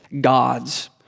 gods